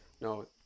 no